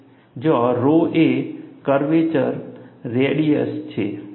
જ્યાં rho એ કર્વેચરની રેડિયસ છે